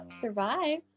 Survive